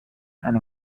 and